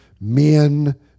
men